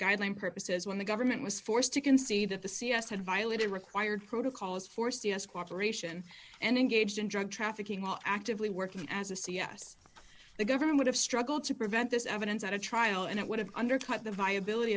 guideline purposes when the government was forced to concede that the c s had violated required protocols for c s cooperation and engaged in drug trafficking while actively working as a c s the government would have struggled to prevent this evidence at a trial and it would have undercut the viability